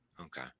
Okay